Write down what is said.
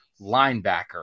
linebacker